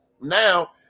now